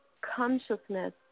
consciousness